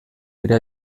dira